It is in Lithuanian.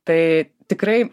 tai tikrai